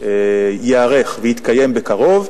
ייערך ויתקיים בקרוב,